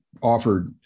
offered